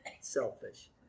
selfish